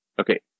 Okay